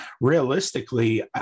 realistically